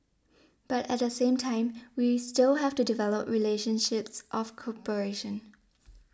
but at the same time we still have to develop relationships of cooperation